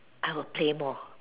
I will play more